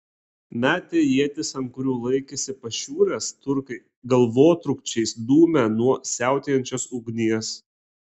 metę ietis ant kurių laikėsi pašiūrės turkai galvotrūkčiais dūmė nuo siautėjančios ugnies